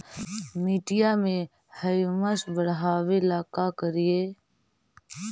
मिट्टियां में ह्यूमस बढ़ाबेला का करिए?